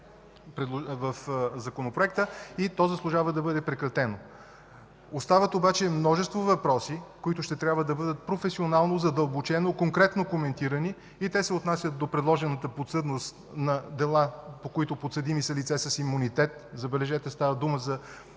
в Законопроекта и това заслужава да бъде прекратено. Остават обаче множество въпроси, които ще трябва да бъдат професионално, задълбочено, конкретно коментирани и те се отнасят до предложената подсъдност на дела, по които подсъдими са лица с имунитет, забележете, става дума за